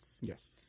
Yes